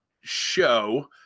show